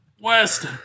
west